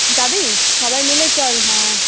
যাবি সবাই মিলে চল হ্যাঁ